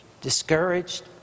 discouraged